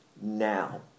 now